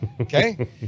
Okay